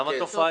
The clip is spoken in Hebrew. למה תופעה?